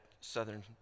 Southern